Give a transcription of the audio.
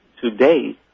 today